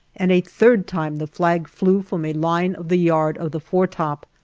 and a third time the flag flew from a line of the yard of the foretop,